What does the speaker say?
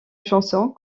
chanson